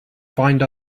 find